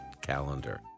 Calendar